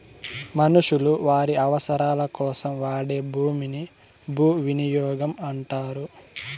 మనుషులు వారి అవసరాలకోసం వాడే భూమిని భూవినియోగం అంటారు